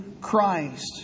Christ